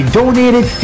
donated